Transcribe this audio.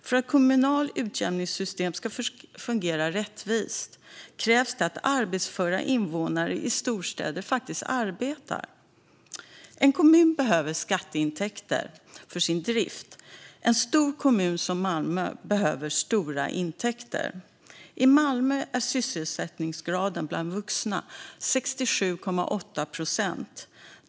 För att det kommunala utjämningssystemet ska fungera rättvist krävs det att arbetsföra invånare i storstäder faktiskt arbetar. En kommun behöver skatteintäkter för sin drift, och en stor kommun som Malmö behöver stora intäkter. I Malmö är sysselsättningsgraden bland vuxna 67,8 procent.